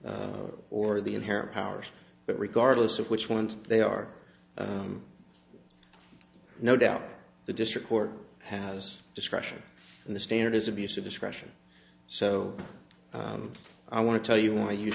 or the inherent powers but regardless of which ones they are no doubt the district court has discretion and the standard is abuse of discretion so i want to tell you why you